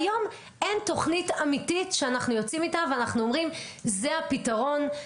היום אין תוכנית אמיתית שאנחנו יוצאים איתה ואומרים זה הפיתרון,